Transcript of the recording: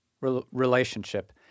relationship